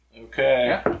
Okay